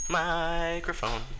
microphone